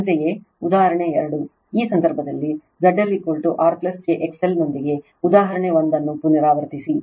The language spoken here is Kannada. ಅಂತೆಯೇ ಉದಾಹರಣೆ 2 ಈ ಸಂದರ್ಭದಲ್ಲಿ ZLR j XL ನೊಂದಿಗೆ ಉದಾಹರಣೆ 1 ಅನ್ನು ಪುನರಾವರ್ತಿಸಿ